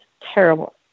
terrible